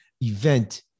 event